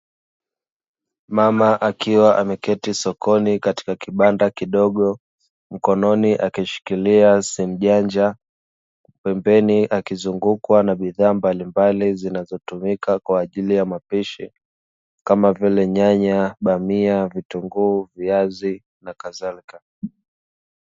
mama akiwa ameketi sokoni katika kibanda kidogo mkononi akishikilia simu janja pembeni akiwa amezungukwa na bidhaa mbalimbali zinazotumika, kwaajili ya mapaishi kama vile nyanya, bamia ,vitunguu ,viazi na kadhalika .